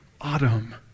autumn